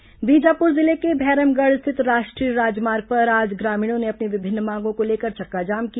बीजापुर चक्काजाम बीजापुर जिले के भैरमगढ़ स्थित राष्ट्रीय राजमार्ग पर आज ग्रामीणों ने अपनी विभिन्न मांगों को लेकर चक्काजाम किया